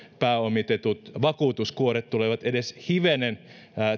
pääomitetut vakuutuskuoret tulevat edes hivenen